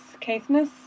Caithness